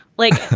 like